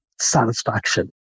satisfaction